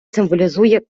символізує